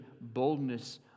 boldness